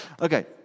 okay